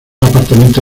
apartamento